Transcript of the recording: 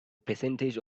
percentage